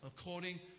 according